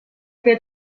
que